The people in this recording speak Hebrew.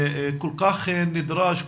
כל כך נדרש,